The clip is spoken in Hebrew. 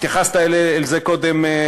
התייחסת אל זה קודם,